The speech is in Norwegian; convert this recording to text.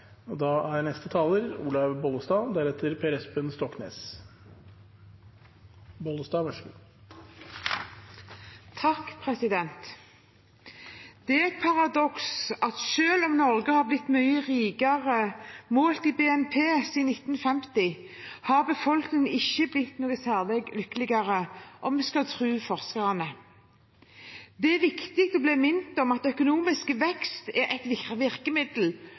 Det er et paradoks at selv om Norge har blitt mye rikere målt i BNP siden 1950, har befolkningen ikke blitt noe særlig lykkeligere, om vi skal tro forskerne. Det er viktig å bli minnet om at økonomisk vekst er et virkemiddel